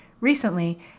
recently